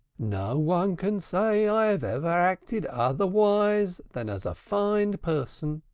no one can say i have ever acted otherwise than as a fine person.